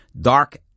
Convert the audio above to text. dark